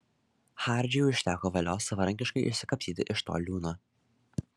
hardžiui užteko valios savarankiškai išsikapstyti iš to liūno